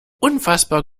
unfassbar